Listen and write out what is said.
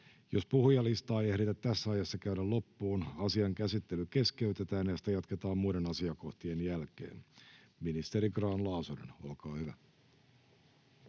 Jos puhujalistaa ei tässä ajassa ehditä käydä loppuun, asian käsittely keskeytetään ja sitä jatketaan muiden asiakohtien jälkeen. — Ministeri Satonen, olkaa hyvä.